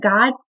God